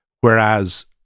whereas